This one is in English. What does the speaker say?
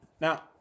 Now